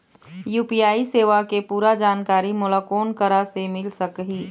UPI सेवा के पूरा जानकारी मोला कोन करा से मिल सकही?